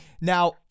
Now